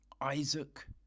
Isaac